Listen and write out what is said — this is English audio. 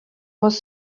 was